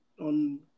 on